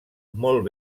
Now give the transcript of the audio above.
molt